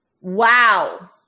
Wow